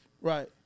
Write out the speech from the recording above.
Right